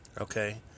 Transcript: Okay